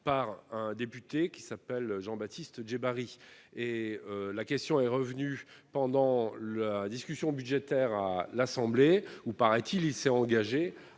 par un député qui s'appelle Jean-Baptiste Djebbari et la question est revenue pendant la discussion budgétaire à l'Assemblée où, paraît-il, il s'est engagé